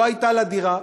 לא הייתה לה דירה,